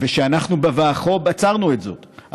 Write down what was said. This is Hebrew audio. שאנחנו בוועחו"ב עצרנו את זאת,